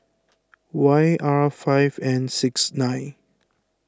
Y R five N six nine